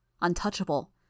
Untouchable